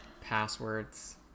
passwords